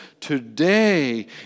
Today